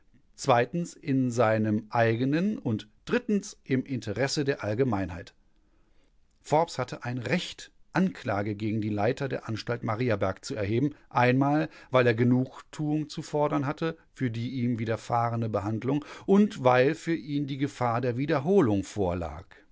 zweitens in seinem eigenen und drittens im interesse der allgemeinheit forbes hatte ein recht anklage gegen die leiter der anstalt mariaberg zu erheben einmal weil er genugtuung zu fordern hatte für die ihm widerfahrene behandlung und weil für ihn die gefahr der wiederholung vorlag